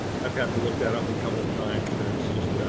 i've had to look that up a couple times and it's just,